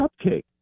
cupcake